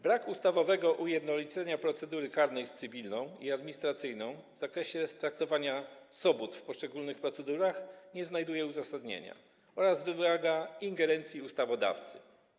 Brak ustawowego ujednolicenia procedury karnej z cywilną i administracyjną w zakresie traktowania sobót w poszczególnych procedurach nie znajduje uzasadnienia oraz wymaga ingerencji ustawodawcy.